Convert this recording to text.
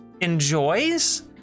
enjoys